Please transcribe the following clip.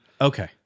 Okay